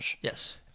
Yes